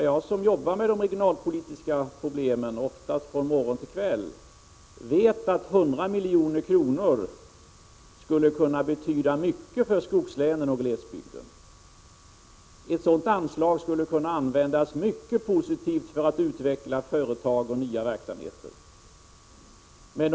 Jag som arbetar med de regionalpolitiska problemen, ofta från morgon till kväll, vet att 100 miljoner skulle betyda mycket för skogslänen och glesbygden. Ett sådant anslag skulle kunna användas mycket positivt för företagsutveckling och nya verksamheter.